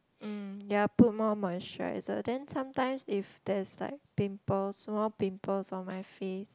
um ya put more moisturiser then sometimes if there's like pimple small pimples on my face